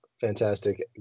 fantastic